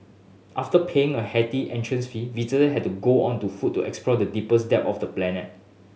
after paying a hefty entrance fee visitor had to go on to foot to explore the deepest depths of the planet